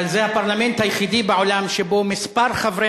אבל זה הפרלמנט היחידי בעולם שבו מספר חברי